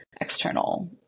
external